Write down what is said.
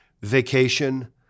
vacation